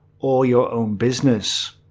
or your own business.